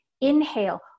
Inhale